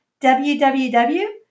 www